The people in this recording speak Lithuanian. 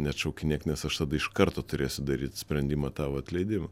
neatšaukinėk nes aš tada iš karto turėsiu daryt sprendimą tavo atleidimo